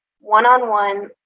one-on-one